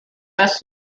best